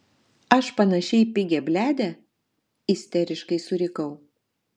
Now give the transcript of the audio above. aš panaši į pigią bliadę isteriškai surikau